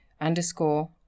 underscore